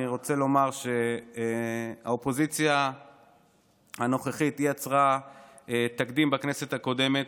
אני רוצה לומר שהאופוזיציה הנוכחית יצרה תקדים בכנסת הקודמת.